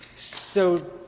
so,